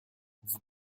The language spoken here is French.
vous